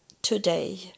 today